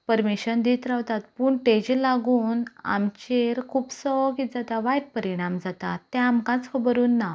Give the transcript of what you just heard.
permission दीत रावतात पूण ताका लागून आमचेर खुबसो कितें जाता वायट परिणाम जाता तें आमकांच खबर उरना